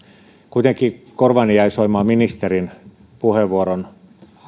kuitenkin korvaani jäi soimaan ministerin puheenvuoronsa